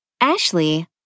Ashley